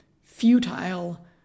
futile